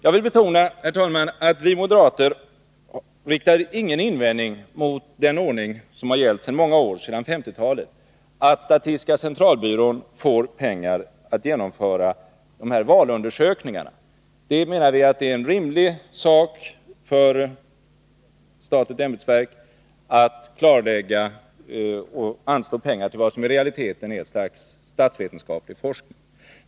Jag vill, herr talman, betona att vi moderater inte riktar någon invändning mot den ordning som har gällt sedan 1950-talet, att statistiska centralbyrån får pengar för att genomföra valundersökningar. Det är en rimlig uppgift för ett statligt ämbetsverk att använda pengar till något som i realiteten är ett slags statsvetenskaplig forskning.